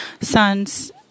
sons